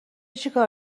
چیکار